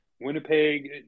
Winnipeg